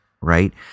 right